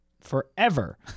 forever